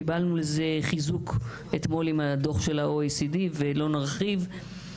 קיבלנו לזה חיזוק אתמול עם הדוח של ה-OECD ולא נרחיב.